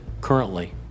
currently